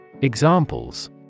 Examples